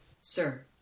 Sir